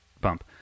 bump